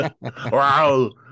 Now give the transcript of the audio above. wow